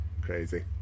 crazy